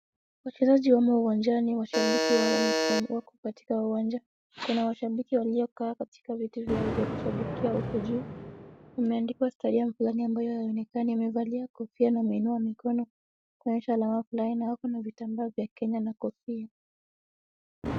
Wachezaji wamo uwanjani washabiki wako katika uwanja. Kuna washabiki waliokaa katika viti vyao vya kushabikia huko juu. Imeandikwa stadium fulani ambayo haionekani, amevalia kofia na ameinua mkono akionyesha lawa fulani na wako na vitamba vya Kenya na kofia.